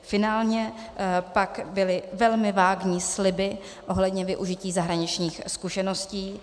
Finálně pak byly velmi vágní sliby ohledně využití zahraničních zkušeností.